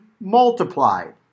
multiplied